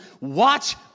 watch